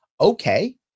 Okay